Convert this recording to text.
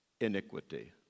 Iniquity